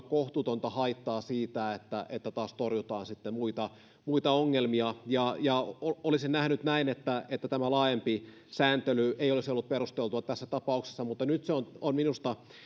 kohtuutonta haittaa siitä että että torjutaan sitten muita muita ongelmia olisin nähnyt näin että että tämä laajempi sääntely ei olisi ollut perusteltua tässä tapauksessa mutta nyt on on minusta